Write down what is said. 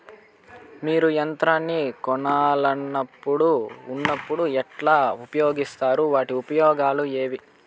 మీరు యంత్రాన్ని కొనాలన్నప్పుడు ఉన్నప్పుడు ఎట్లా ఉపయోగిస్తారు వాటి ఉపయోగాలు ఏవి?